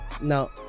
Now